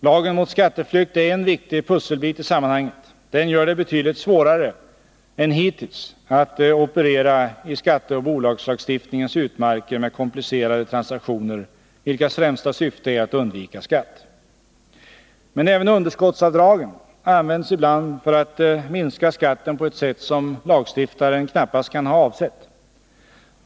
Lagen mot skatteflykt är en viktig pusselbit i sammanhanget. Den gör det betydligt svårare än hittills att operera i skatteoch bolagslagstiftningens utmarker med komplicerade transaktioner, vilkas främsta syfte är att undvika skatt. Men även underskottsavdragen används ibland för att minska skatten på ett sätt som lagstiftaren knappast kan ha avsett.